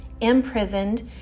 imprisoned